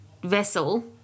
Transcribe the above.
vessel